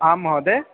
आं महोदय